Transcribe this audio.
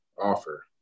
offer